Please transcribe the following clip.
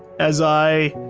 as i.